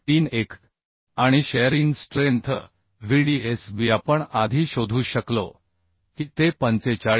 31 आणि sharing strength Vdsbआपण आधी शोधू शकलो की ते 45